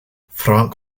frank